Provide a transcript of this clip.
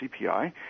CPI